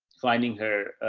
finding her, ah,